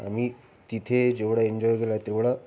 आम्ही तिथे जेवढा एंजॉय केला तेवढा